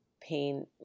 pain